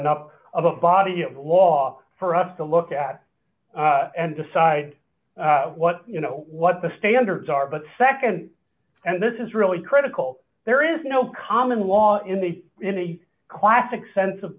enough of a body of law for us to look at and decide what you know what the standards are but nd and this is really critical there is no common law in the in the classic sense of